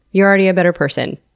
you're already a better person.